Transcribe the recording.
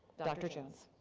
dr. jones.